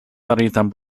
faritan